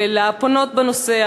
לפונות בנושא,